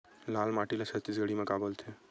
लाल माटी ला छत्तीसगढ़ी मा का बोलथे?